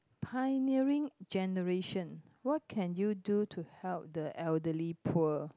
pioneering generation what can you do to help the elderly poor